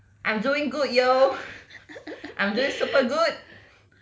I doing good yo I'm doing super good